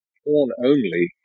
porn-only